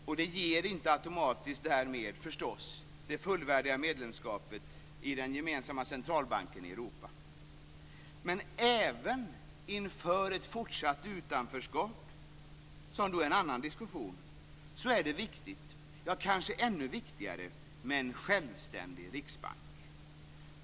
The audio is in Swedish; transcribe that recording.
Det ger därmed inte automatiskt - förstås - ett fullvärdigt medlemskap i den gemensamma centralbanken i Europa. Men även inför ett fortsatt utanförskap, som är en annan diskussion, är det viktigt - ja, kanske ännu viktigare - med en självständig riksbank.